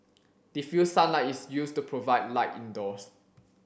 diffused sunlight is used to provide light indoors